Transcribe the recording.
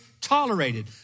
tolerated